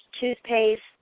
toothpaste